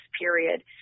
period